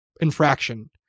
infraction